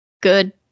good